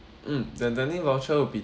mm the dining voucher would be